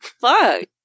fuck